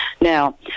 Now